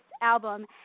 album